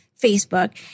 Facebook